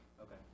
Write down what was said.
Okay